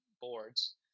boards